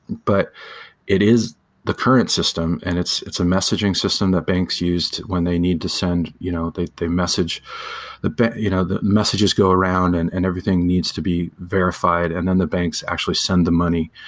but it is the current system and it's it's a messaging system that banks used when they need to send. you know they they message the but you know the messages go around and and everything needs to be verified and then the banks actually send the money.